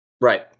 Right